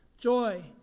Joy